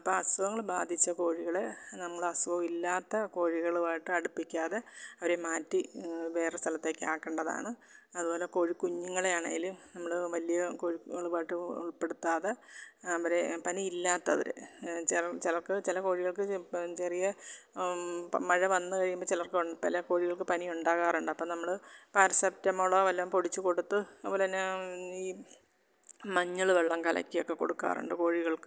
ഇപ്പം ആ അസുഖങ്ങൾ ബാധിച്ച കോഴികളെ നമ്മൾ അസുഖം ഇല്ലാത്ത കോഴികളുമായിട്ട് അടുപ്പിക്കാതെ അവരെ മാറ്റി വേറെ സ്ഥലത്തേക്ക് ആക്കേണ്ടതാണ് അതുപോലെ കോഴിക്കുഞ്ഞുങ്ങളെ ആണെങ്കിലും നമ്മൾ വലിയ കോഴികളുമായിട്ടും ഉൾപ്പെടുത്താതെ അവരെ പനി ഇല്ലാത്തവർ ചിലർക്ക് ചില കോഴികൾക്ക് ഇപ്പം ചെറിയ മഴ വന്ന് കഴിയുമ്പം ചിലർക്ക് ചില കോഴികൾക്ക് പണിയുണ്ടാകാറുണ്ട് അപ്പം നമ്മൾ പാരസെറ്റാമോളോ വല്ലതും പൊടിച്ച് കൊടുത്ത് അതുപോലെത്തന്നെ ഈ മഞ്ഞൾ വെള്ളം കലക്കിയൊക്കെ കൊടുക്കാറുണ്ട് കോഴികൾക്ക്